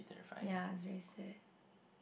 ya it's very sad